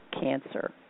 cancer